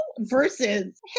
versus